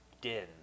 din